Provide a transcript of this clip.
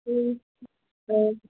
ꯎꯝ ꯑꯥ